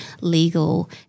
legal